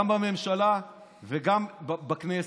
גם בממשלה וגם בכנסת.